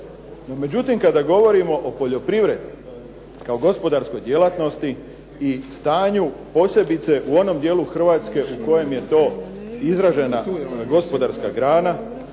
međutim, kada govorimo o poljoprivredi kao gospodarskoj djelatnosti i stanju posebice u onom dijelu Hrvatske u kojem je to izražena gospodarska grana,